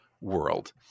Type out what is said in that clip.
world